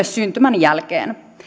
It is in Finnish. syntymän jälkeen